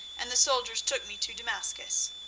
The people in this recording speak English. and the soldiers took me to damascus.